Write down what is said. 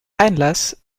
einlass